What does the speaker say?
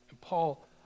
Paul